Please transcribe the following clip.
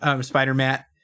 Spider-Matt